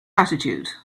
attitude